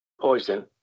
Poison